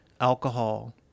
alcohol